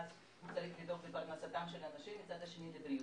הוא צריך לדאוג לפרנסתם של אנשים ומצד שני לבריאותם.